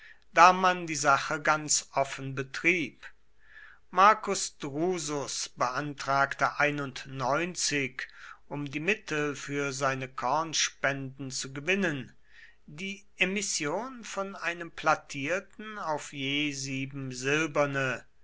da man die sache ganz offen betrieb marcus drusus beantragte um die mittel für seine kornspenden zu gewinnen die emission von einem plattierten auf je sieben silberne